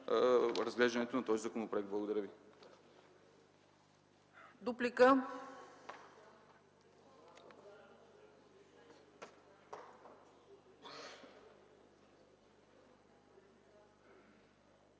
разглеждането на този законопроект. Благодаря Ви.